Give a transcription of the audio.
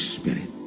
Spirit